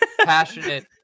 passionate